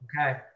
okay